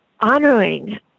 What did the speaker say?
honoring